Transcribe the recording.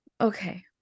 Okay